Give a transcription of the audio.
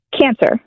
Cancer